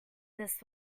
this